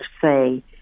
say